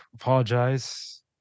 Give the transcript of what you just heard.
apologize